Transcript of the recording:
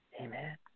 Amen